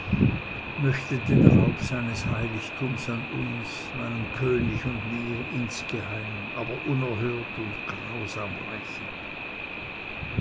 möchte den raub seines heiligtums an uns meinem könig und mir insgeheim aber unerhört und grausam rächen